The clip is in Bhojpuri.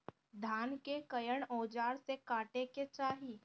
धान के कउन औजार से काटे के चाही?